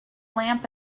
lamp